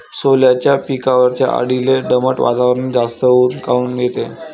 सोल्याच्या पिकावरच्या अळीले दमट वातावरनात जास्त ऊत काऊन येते?